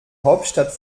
hauptstadt